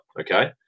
okay